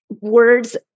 Words